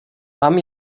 tam